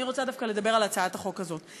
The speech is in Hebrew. אני רוצה דווקא לדבר על הצעת החוק הזאת.